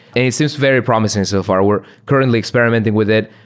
it seems very promising so far. we're currently experimenting with it.